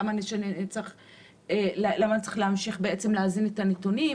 למה אני צריך להמשיך להזין את הנתונים?